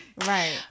Right